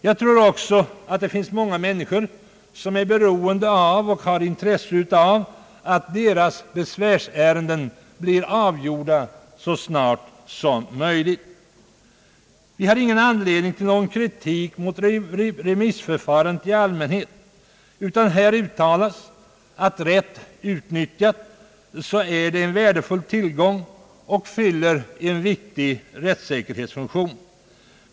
Jag tror också att det finns många människor som är beroende av och har intresse av att deras besvärsärenden blir avgjorda så snart som möjligt. Vi har ingen anledning till någon kritik mot remissförfarandet i allmänhet, utan här uttalas att det, rätt utnyttjat, är en värdefull tillgång och fyller en viktig rättssäkerhetsfunktion.